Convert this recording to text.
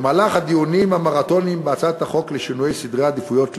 בדיונים המרתוניים בהצעת החוק לשינוי סדרי עדיפויות לאומיים,